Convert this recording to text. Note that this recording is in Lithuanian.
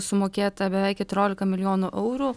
sumokėta beveik keturiolika milijonų eurų